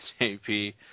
JP